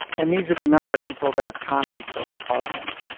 and these are the number of people that have commented so far on it.